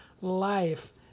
life